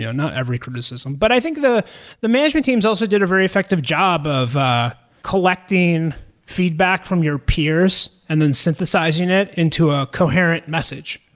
yeah not every criticism. but i think the the management teams also did a very effective job of collecting feedback from your peers and then synthesizing it into a coherent message,